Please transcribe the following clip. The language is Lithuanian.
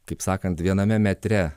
kaip sakant viename metre